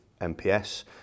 mps